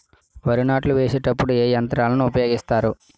వరి నాట్లు వేసేటప్పుడు ఏ యంత్రాలను ఉపయోగిస్తారు?